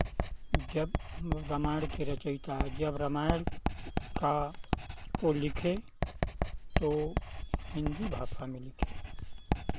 जब रामायण की रचयिता जब रामायण का को लिखे तो हिन्दी भाषा में लिखे